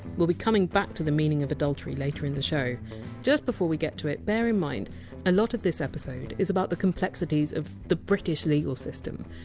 we! ll be coming back to the meaning of adultery later in the show just before we get to it, bear in mind a lot of this episode is about the complexities of the british legal system,